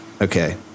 Okay